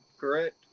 correct